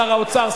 שר האוצר,